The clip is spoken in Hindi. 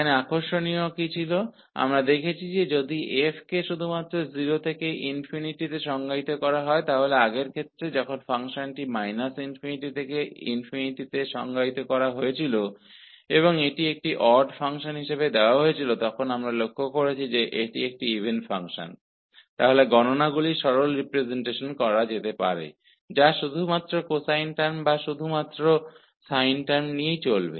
तो यहाँ क्या दिलचस्प था हमने देखा कि यहाँ f को केवल 0 से ∞ में परिभाषित किया गया है तो पिछले केसमें जब फ़ंक्शन को −∞ से ∞ में परिभाषित किया जाता है तो उस केस में हमें देखना पड़ता है की दिया गया फंक्शन इवन फंक्शन है या आड फंक्शन है और फिर केवल sin और cos पदों के रूप में रिप्रजेंटेशन करके इसे आसान किया जा सकता है